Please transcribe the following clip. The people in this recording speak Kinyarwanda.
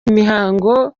imiryango